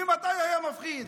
ממתי הוא מפחיד?